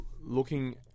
looking